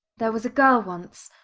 there was a girl once,